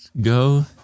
go